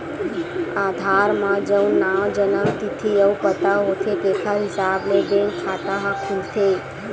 आधार म जउन नांव, जनम तिथि अउ पता होथे तेखर हिसाब ले बेंक खाता ह खुलथे